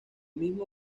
mismo